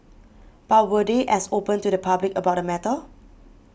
but were they as open to the public about the matter